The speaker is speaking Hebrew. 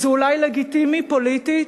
זה אולי לגיטימי פוליטית,